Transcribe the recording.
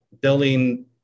building